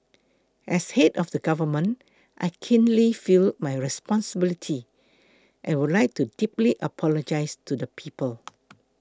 as head of the government I keenly feel my responsibility and would like to deeply apologise to the people